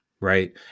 Right